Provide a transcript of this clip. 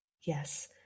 Yes